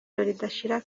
ridashira